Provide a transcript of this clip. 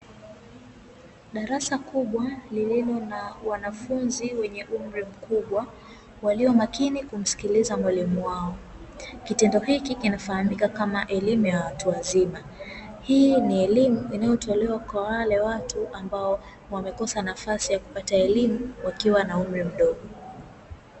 Darasa kubwa lililo na wanafunzi wenye umri mkubwa walio makini kumsikiliza mwalimu wao, kitendo hiki kinafahamika kama elimu ya watu wazima. hii ni elimu inayotolewa kwa wale watu ambao, wamekosa nafasi ya kupata elimu wakiwa na umri mdogo.